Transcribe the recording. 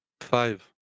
Five